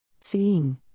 Seeing